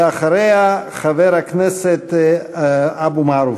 ואחריה, חבר הכנסת אבו מערוף.